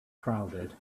crowded